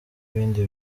ibindi